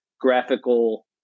graphical